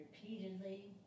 repeatedly